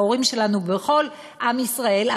בהורים שלנו ובכל עם ישראל,